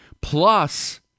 plus